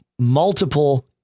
multiple